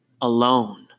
alone